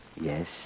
Yes